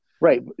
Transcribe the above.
Right